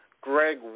Greg